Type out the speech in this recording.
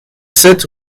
sept